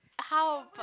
how about